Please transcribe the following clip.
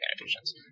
annotations